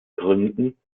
gründen